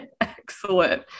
excellent